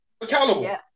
Accountable